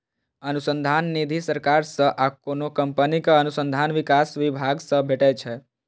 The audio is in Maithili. अनुसंधान निधि सरकार सं आ कोनो कंपनीक अनुसंधान विकास विभाग सं भेटै छै